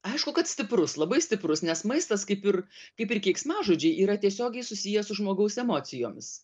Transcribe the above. aišku kad stiprus labai stiprus nes maistas kaip ir kaip ir keiksmažodžiai yra tiesiogiai susiję su žmogaus emocijomis